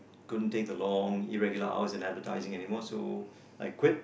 couldn't take a long irregular hours in advertising anymore of so I quit